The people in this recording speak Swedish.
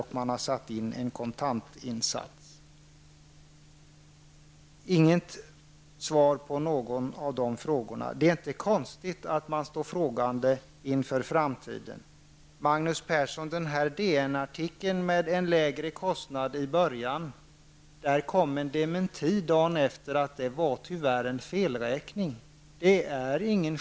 Det har inte givits något svar på dessa frågor. Det är därför inte konstigt att människor står frågande inför framtiden. När det gäller den DN-artikel där man påstod att det skulle bli en lägre kostnad i början kom en dementi dagen efter att det tyvärr var en felräkning, Magnus Persson.